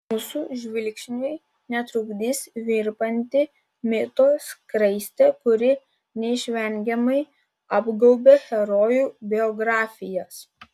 mūsų žvilgsniui netrukdys virpanti mito skraistė kuri neišvengiamai apgaubia herojų biografijas